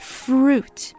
fruit